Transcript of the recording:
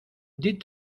des